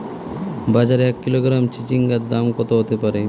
বাজারে এক কিলোগ্রাম চিচিঙ্গার দাম কত হতে পারে?